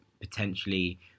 potentially